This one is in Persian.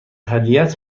هدیهات